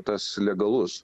tas legalus